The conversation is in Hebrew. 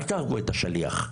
אל תהרגו את השליח.